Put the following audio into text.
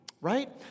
right